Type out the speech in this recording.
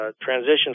transition